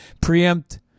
preempt